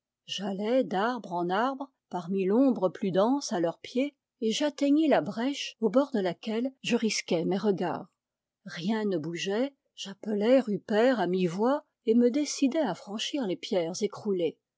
j'allai d'arbre en arbre parmi l'ombre plus dense à leur pied et j'atteignis la brèche au bord de laquelle je risquai mes regards rien ne bougeait j'appelai rupert à mi-voix et me décidai à franchir les pierres écroulées